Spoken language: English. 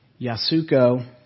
Yasuko